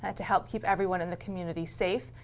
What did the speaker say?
and to help keep everyone in the community safe.